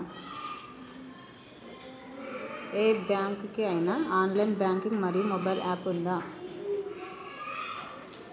ఏ bank కి ఐనా online banking మరియు మొబైల్ యాప్ ఉందా?